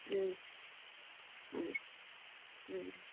ம் ம் ம்